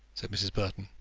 said mrs. burton.